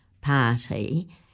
party